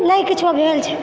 नहि किछो भेल छै